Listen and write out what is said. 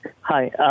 Hi